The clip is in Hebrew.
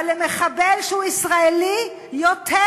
אבל למחבל שהוא ישראלי, יותר.